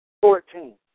Fourteen